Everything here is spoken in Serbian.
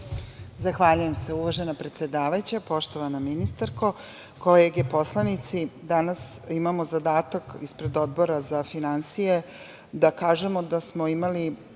Zahvaljujem se. Uvažena predsedavajuća, poštovana ministarko, kolege poslanici, danas imamo zadatak ispred Odbora za finansije da kažemo da smo imali